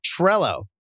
Trello